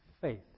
faith